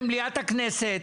במליאת הכנסת,